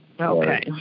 Okay